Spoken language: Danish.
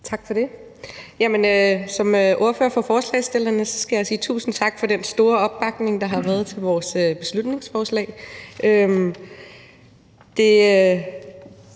Tak for det. Som ordfører for forslagsstillerne skal jeg sige tusind tak for den store opbakning, der har været, til vores beslutningsforslag.